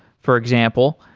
for example.